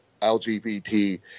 LGBT